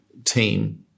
Team